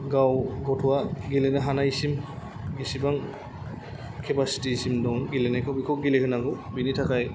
गाव गथ'वा गेलेनो हानायसिम बिसिबां केपासितिसिम दं गेलेनायखौ बिखौ गेलेहोनांगौ बेनि थाखाय